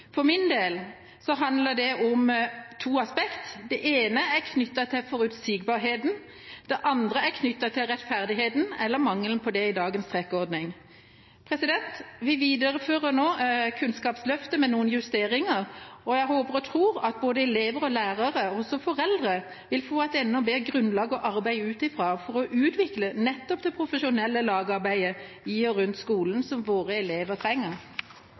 For min del handler det om to aspekter. Det ene er knyttet til forutsigbarheten, det andre er knyttet til rettferdigheten – eller mangelen på det i dagens trekkordning. Vi viderefører nå Kunnskapsløftet med noen justeringer. Jeg håper og tror at både elever og lærere – og også foreldre – vil få et enda bedre grunnlag å arbeide ut fra, for å utvikle nettopp det profesjonelle lagarbeidet i og rundt skolen som våre elever trenger.